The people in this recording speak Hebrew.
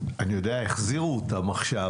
החזירו אותן עכשיו